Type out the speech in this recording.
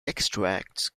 extracts